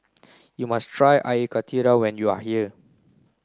you must try Air Karthira when you are here